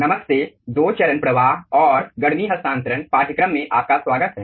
नमस्ते दो चरण प्रवाह और गर्मी हस्तांतरण पाठ्यक्रम में आपका स्वागत है